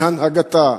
מהנהגתה,